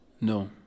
no